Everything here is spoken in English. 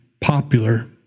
popular